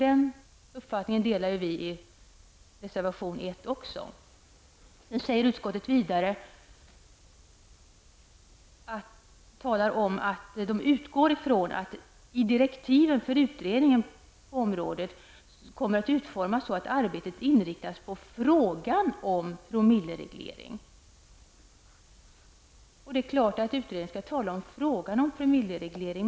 Denna uppfattning delar även vi reservanter i reservation Utskottet anför vidare att utskottet utgår från att ''direktiven för utredningen på området kommer att utformas så att arbetet inriktas på frågan om en promillereglering''. Det är klart att utredningen skall syssla med frågan om en promillereglering.